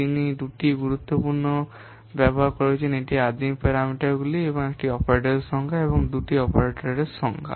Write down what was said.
তিনি দুটি গুরুত্বপূর্ণ ব্যবহার করেছেন কী আদিম প্রোগ্রামের প্যারামিটারগুলি একটি অপারেটরের সংখ্যা এবং দুটি অপারেটের সংখ্যা